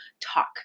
talk